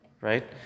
Right